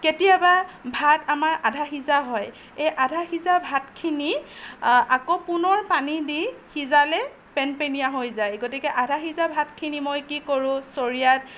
কেতিয়াবা ভাত আমাৰ আধা সিজা হয় এই আধা সিজা ভাতখিনি আকৌ পুনৰ পানী দি সিজালে পেন পেনীয়া হৈ যায় গতিকে আধা সিজা ভাতখিনি মই কি কৰোঁ চৰিয়াত